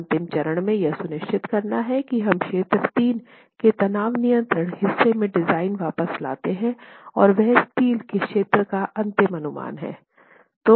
अंतिम चरण में यह सुनिश्चित करना है कि हम क्षेत्र 3 के तनाव नियंत्रित हिस्से में डिज़ाइन वापस लाते हैं और वह स्टील के क्षेत्र का अंतिम अनुमान है